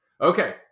Okay